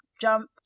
jump